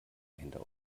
hinter